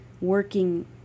working